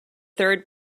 third